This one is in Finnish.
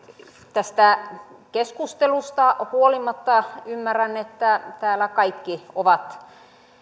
tästä keskustelusta huolimatta ymmärrän että täällä kaikki ovat